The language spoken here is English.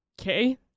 Okay